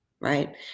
right